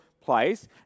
place